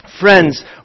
Friends